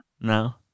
No